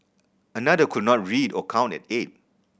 another could not read or count at eight